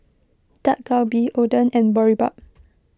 Dak Galbi Oden and Boribap